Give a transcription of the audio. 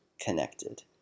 connected